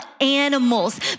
animals